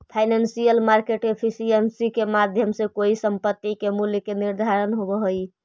financial market efficiency के माध्यम से कोई संपत्ति के मूल्य के निर्धारण होवऽ हइ